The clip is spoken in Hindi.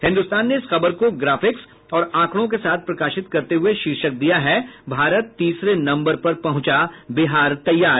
हिन्दुस्तान ने इस खबर को ग्राफिक्स और आंकड़ों के साथ प्रकाशित करते हुये शीर्षक दिया है भारत तीसरे नम्बर पर पहुंचा बिहार तैयार